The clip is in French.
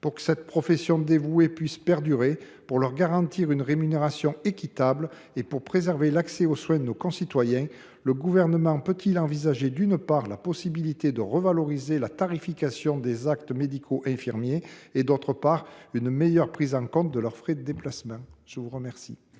pour que cette profession dévouée puisse perdurer, pour lui garantir une rémunération équitable et pour préserver l’accès aux soins de nos concitoyens, le Gouvernement peut il envisager, d’une part, la possibilité de revaloriser la tarification des actes médicaux infirmiers, et, d’autre part, une meilleure prise en compte de leurs frais de déplacement ? La parole